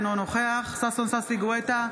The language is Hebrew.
אינו נוכח ששון ששי גואטה,